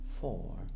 four